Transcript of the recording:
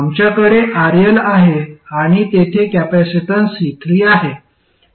आमच्याकडे RL आहे आणि तेथे कॅपेसिटन्स C3 आहे आणि रेजिस्टन्स R1 आहे